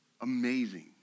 amazing